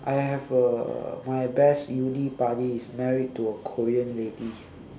I have a my best uni buddy is married to a korean lady